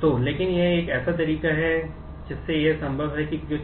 तो लेकिन यह एक ऐसा तरीका है जिससे यह संभव है कि कुछ